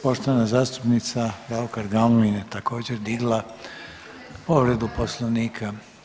Poštovana zastupnica RAukar Gamulin je također digla povredu poslovnika.